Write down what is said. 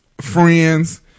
friends